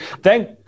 Thank